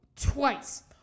twice